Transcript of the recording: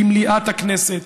במליאת הכנסת,